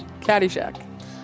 Caddyshack